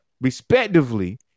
respectively